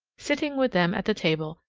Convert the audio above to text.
sitting with them at the table,